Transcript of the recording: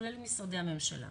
כולל משרדי הממשלה.